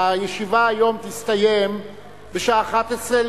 הישיבה היום תסתיים בשעה 23:00,